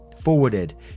forwarded